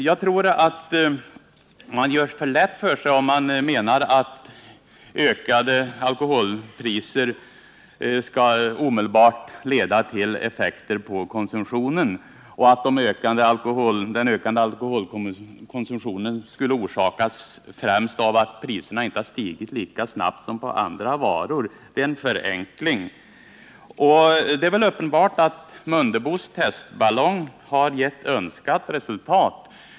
Jag tror att man gör det för lätt för sig om man menar att ökade alkoholpriser omedelbart skall leda till effekter på konsumtionen och att den ökande alkoholkonsumtionen skulle orsakas främst av att priserna inte stigit lika snabbt som på andra varor. Det är en förenkling. Det är väl uppenbart att Ingemar Mundebos testballong har gett önskat resultat.